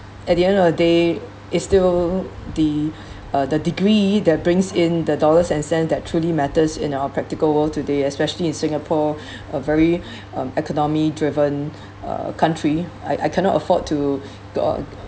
at the end of the day is still the uh the degree that brings in the dollars and cents that truly matters in our practical world today especially in singapore a very um economy-driven uh country I I cannot afford to go out